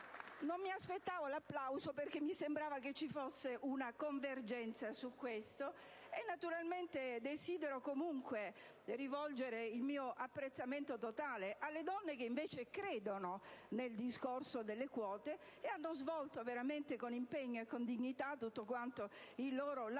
Non mi aspettavo l'applauso, perché mi sembrava ci fosse una convergenza su questo. Naturalmente desidero rivolgere il mio apprezzamento totale alle donne che, invece, credono nel discorso delle quote e hanno svolto con impegno e dignità il loro lavoro in